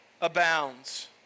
abounds